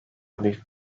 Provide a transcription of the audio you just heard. büyük